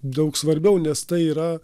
daug svarbiau nes tai yra